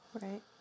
Right